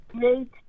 great